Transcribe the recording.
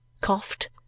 coughed